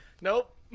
Nope